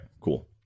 cool